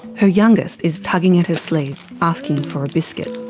her youngest is tugging at her sleeve asking for a biscuit.